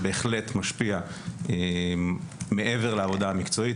זה בהחלט משפיע מעבר לעבודה המקצועית,